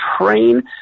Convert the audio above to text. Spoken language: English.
train